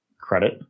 credit